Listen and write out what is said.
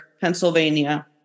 Pennsylvania